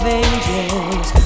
angels